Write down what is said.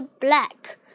black